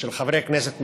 חברי כנסת מבל"ד.